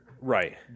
Right